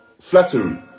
flattery